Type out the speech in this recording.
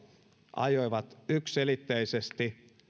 ajoivat yksiselitteisesti